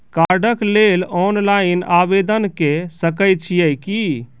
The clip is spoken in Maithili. कार्डक लेल ऑनलाइन आवेदन के सकै छियै की?